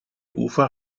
ufer